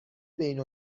بین